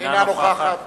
אינה נוכחת